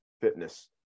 fitness